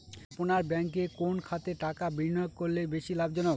আপনার ব্যাংকে কোন খাতে টাকা বিনিয়োগ করলে বেশি লাভজনক?